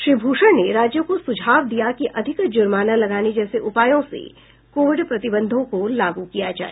श्री भूषण ने राज्यों को सुझाव दिया कि अधिक जुर्माना लगाने जैसे उपायों से कोविड प्रतिबंधों को लागू किया जाए